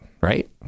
Right